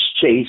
chase